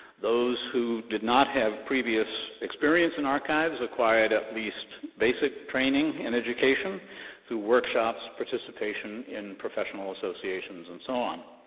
those who did not have previous experience in archives acquired at least basic training and education through workshops, participation, in professional associations, and so on.